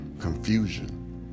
confusion